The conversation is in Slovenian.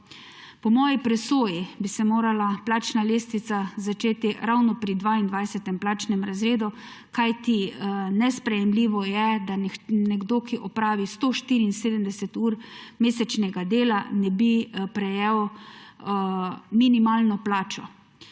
Po moji presoji bi se morala plačna lestvica začeti ravno pri 22. plačnem razredu, kajti nesprejemljivo je, da nekdo, ki opravi 174 ur mesečnega dela, ne bi prejel minimalne plače.